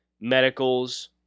medicals